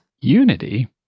Unity